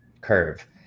Curve